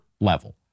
level